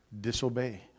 Disobey